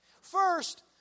First